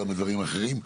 גם בדברים אחרים.